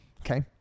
Okay